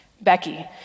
Becky